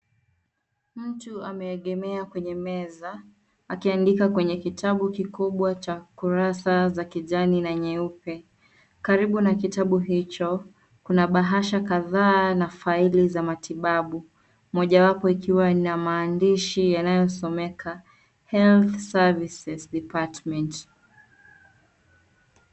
Mtu ameegemea kwenye meza akiandika kwenye kitabu kikubwa cha kurasa za kijani na nyeupe. Karibu na kitabu hicho kuna bahasha kadhaa na faili za matibabu mojawapo ikiwa na maandishi yanayosomeka health services department